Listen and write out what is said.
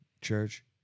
Church